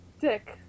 Dick